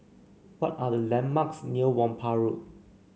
what are the landmarks near Whampoa Road